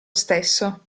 stesso